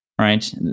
right